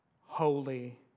Holy